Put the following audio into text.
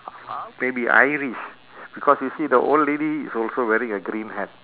may be irish because you see the old lady is also wearing a green hat